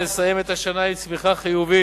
נסיים את השנה עם צמיחה חיובית,